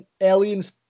aliens